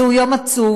זהו יום עצוב,